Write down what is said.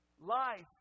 Life